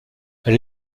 elle